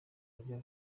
ajya